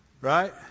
Right